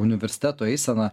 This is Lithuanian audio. universiteto eisena